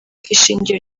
ishingiro